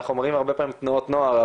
אנחנו אומרים הרבה פעמים תנועות נוער,